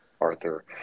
arthur